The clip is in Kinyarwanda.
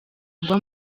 agwa